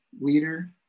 leader